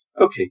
Okay